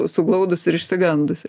suglaudus ir išsigandusi